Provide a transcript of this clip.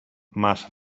más